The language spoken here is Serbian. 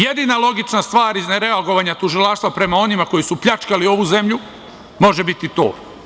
Jedina logična stvar iz nereagovanja tužilaštva prema onima koji su pljačkali ovu zemlju može biti to.